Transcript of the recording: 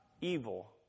evil